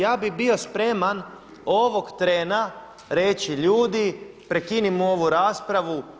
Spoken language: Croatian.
Ja bih bio spreman ovog trena reći: Ljudi, prekinimo ovu raspravu.